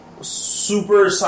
super